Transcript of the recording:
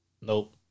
Nope